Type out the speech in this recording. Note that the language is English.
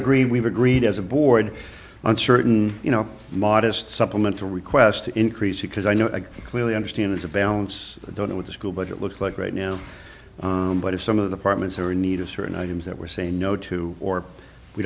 agree we've agreed as a board on certain you know modest supplemental request to increase it because i know clearly understand there's a balance i don't know what the school budget looks like right now but if some of the partners are in need of certain items that we're saying no to or we